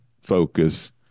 focus